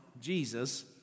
Jesus